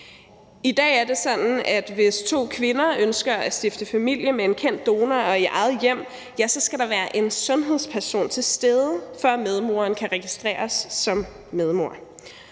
I dag er det sådan, at hvis to kvinder ønsker at stifte familie med en kendt donor og i eget hjem, skal der være en sundhedsperson til stede, før medmoren kan registreres som medmor,